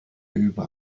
über